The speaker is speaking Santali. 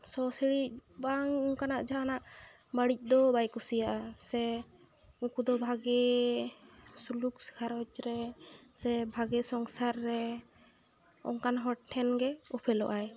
ᱥᱚ ᱥᱤᱲᱤᱡ ᱵᱟᱝ ᱚᱱᱠᱟᱱᱟᱜ ᱡᱟᱦᱟᱸᱱᱟᱜ ᱵᱟᱹᱲᱤᱡ ᱫᱚ ᱵᱟᱭ ᱠᱩᱥᱤᱭᱟᱜᱼᱟ ᱥᱮ ᱩᱱᱠᱩ ᱫᱚ ᱵᱷᱟᱜᱮ ᱥᱩᱞᱩᱠ ᱜᱷᱟᱨᱚᱸᱡᱽ ᱨᱮ ᱥᱮ ᱵᱷᱟᱜᱮ ᱥᱚᱝᱥᱟᱨ ᱨᱮ ᱚᱱᱠᱟᱱ ᱦᱚᱲ ᱴᱷᱮᱱᱜᱮ ᱩᱯᱩᱞᱚᱜᱼᱟᱭ